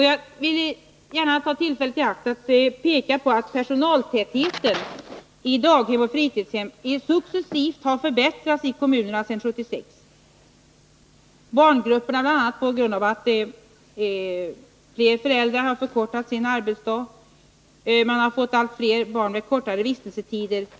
Jag vill också gärna ta tillfället i akt att peka på att personaltätheten successivt har ökat sedan 1976 i daghem och fritidshem samt i barngrupperna, bl.a. på grund av att fler föräldrar har förkortat sin arbetsdag, så att man har fått in allt fler barn med kortare vistelsetider.